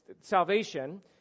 salvation